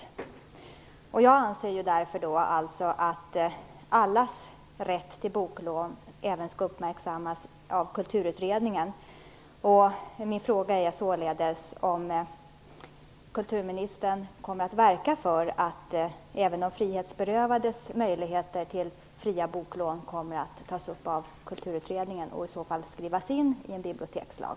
Jag anser att allas rätt till boklån skall uppmärksammas av Kulturutredningen. Min fråga är således om kulturministern kommer att verka för att även de frihetsberövades möjligheter till fria boklån kommer att tas upp av Kulturutredningen och i så fall skrivas in i en bibliotekslag.